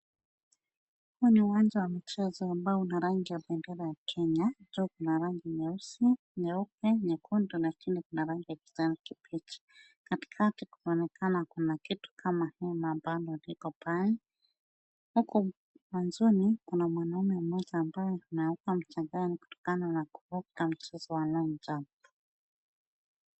Huu ni uwanja wa michezo ambao una rangi ya bendera ya Kenya. Juu kuna rangi nyeusi, nyeupe, nyekundu na chini kuna rangi ya kijani kibichi. Katikati kunaonekana kuna kitu kama hema ambalo liko pale. Huku mwanzoni kuna mwanaume mmoja ambaye ameanguka mchangani, kutokana na kuruka mchezo wa long jump .